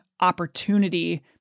opportunity